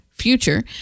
future